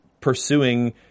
pursuing